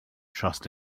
trust